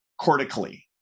cortically